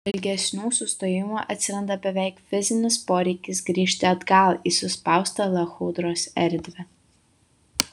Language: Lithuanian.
po ilgesnių sustojimų atsiranda beveik fizinis poreikis grįžti atgal į suspaustą lachudros erdvę